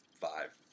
five